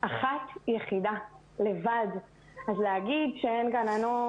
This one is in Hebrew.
אחת יחידה, אז להגיד שאין גננות